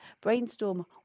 brainstorm